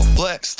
flex